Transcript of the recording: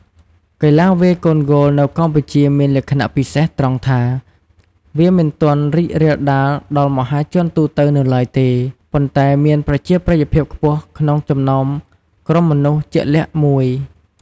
កីឡាវាយកូនហ្គោលនៅកម្ពុជាមានលក្ខណៈពិសេសត្រង់ថា វាមិនទាន់រីករាលដាលដល់មហាជនទូទៅនៅឡើយទេ ប៉ុន្តែមានប្រជាប្រិយភាពខ្ពស់ក្នុងចំណោមក្រុមមនុស្សជាក់លាក់មួយ។